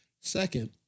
Second